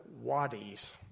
wadis